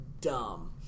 dumb